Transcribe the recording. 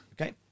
Okay